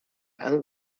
and